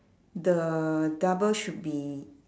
the double should be